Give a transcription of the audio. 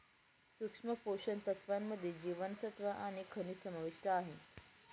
सूक्ष्म पोषण तत्त्वांमध्ये जीवनसत्व आणि खनिजं समाविष्ट आहे